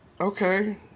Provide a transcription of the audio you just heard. Okay